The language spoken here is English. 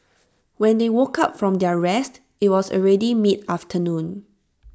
when they woke up from their rest IT was already mid afternoon